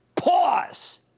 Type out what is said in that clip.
Pause